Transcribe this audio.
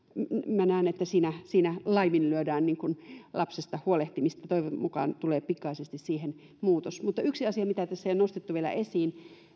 minä näen että siinä laiminlyödään lapsesta huolehtimista toivon mukaan siihen tulee pikaisesti muutos mutta yksi asia mitä tässä ei ole nostettu vielä esiin